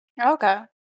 Okay